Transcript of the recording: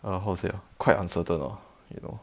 uh how say ah quite uncertain ah you know